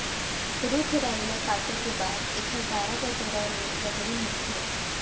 रूख राई ल काटे के बाद एकर डारा पतोरा ले लकड़ी मिलथे